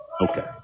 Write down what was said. Okay